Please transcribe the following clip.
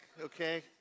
okay